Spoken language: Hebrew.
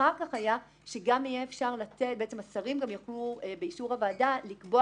אחר כך היה שהשרים יוכלו באישור הוועדה לקבוע